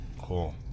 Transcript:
Cool